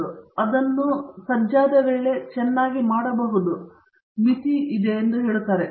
ನಾನು ಅವರು ಅದನ್ನು ಸಜ್ಜಾದ ವೇಳೆ ಚೆನ್ನಾಗಿ ಮಾಡಬಹುದೆಂದು ಮಿತಿ ಹೇಳುತ್ತಿದ್ದರು